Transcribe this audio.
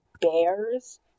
Bears